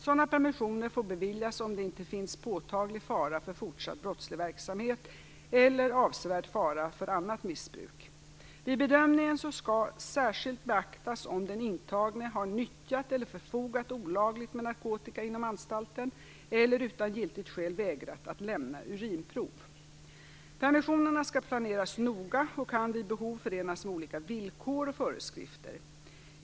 Sådana permissioner får beviljas om det inte finns påtaglig fara för fortsatt brottslig verksamhet eller avsevärd fara för annat missbruk. Vid bedömningen skall "särskilt beaktas om den intagne har nyttjat eller förfarit olagligt med narkotika inom anstalten eller utan giltigt skäl vägrat att lämna urinprov" (32 § lagen Permissionerna skall planeras noga och kan vid behov förenas med olika villkor och föreskrifter.